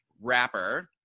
rapper